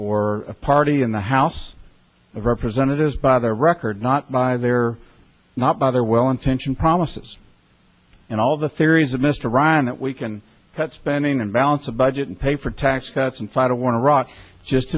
or a party in the house of representatives by their record not by their not by their well intentioned promises and all the theories of mr ryan that we can cut spending and balance a budget and pay for tax cuts and fight a war in iraq just